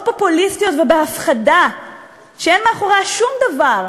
פופוליסטיות ובהפחדה שאין מאחוריה שום דבר,